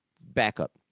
backup